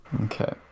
Okay